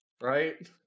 right